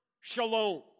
shalom